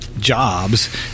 jobs